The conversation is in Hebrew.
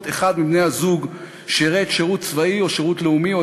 אחד מבני-הזוג שירת שירות צבאי או שירות לאומי או